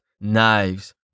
knives